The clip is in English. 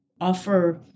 offer